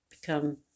become